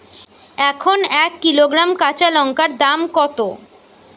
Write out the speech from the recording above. এখন এক কিলোগ্রাম কাঁচা লঙ্কার দাম কত?